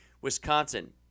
Wisconsin